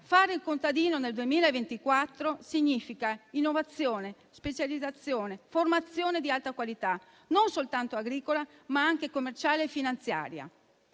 fare il contadino nel 2024 significa innovazione, specializzazione, formazione di alta qualità, non soltanto agricola, ma anche commerciale e finanziaria.